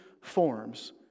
forms